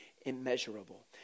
immeasurable